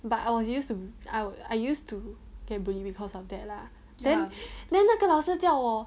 but I was used to I used to get bullied because of that lah then then 那个老师叫我